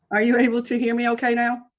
are you able to hear me okay now?